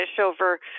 over